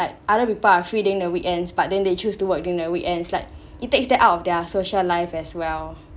like other people are free during the weekends but then they choose to work during weekends like it takes them out of their social life as well